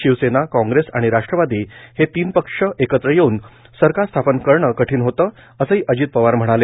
Shiv Sena Congress आणि राष्ट्रवादी हे तीन पक्ष एकत्र येऊन सरकार स्थापन करणं कठीण होतं असंही अजित पवार म्हणाले